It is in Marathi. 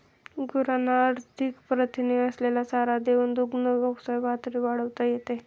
गुरांना अधिक प्रथिने असलेला चारा देऊन दुग्धउत्पादन पातळी वाढवता येते